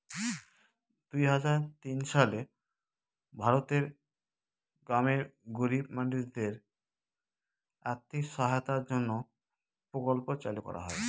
দুই হাজার তিন সালে ভারতের গ্রামের গরিব মানুষদের আর্থিক সহায়তার জন্য প্রকল্প চালু করা হয়